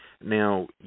Now